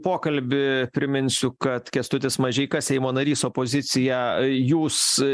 pokalbį priminsiu kad kęstutis mažeika seimo narys opozicija jūs